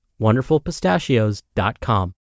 wonderfulpistachios.com